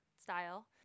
style